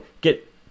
get